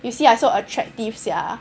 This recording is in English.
you see I so attractive sia